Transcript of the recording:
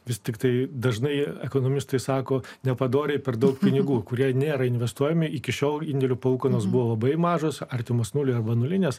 vis tiktai dažnai ekonomistai sako nepadoriai per daug pinigų kurie nėra investuojami iki šiol indėlių palūkanos buvo labai mažos artimos nuliui arba nulinės